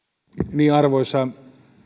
arvoisa